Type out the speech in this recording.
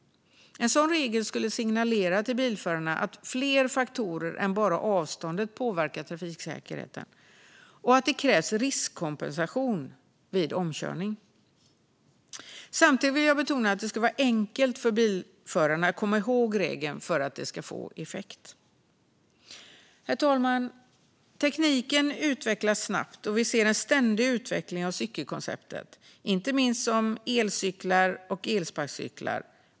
En sådan regel skulle signalera till bilförare att fler faktorer än bara avståndet påverkar trafiksäkerheten och att det krävs riskkompensation vid omkörning. Samtidigt vill jag betona att det måste vara enkelt för bilförare att komma ihåg regeln för att den ska få effekt. Herr talman! Tekniken utvecklas snabbt, och vi ser en ständig utveckling av cykelkonceptet, inte minst som elcyklar och elsparkcyklar.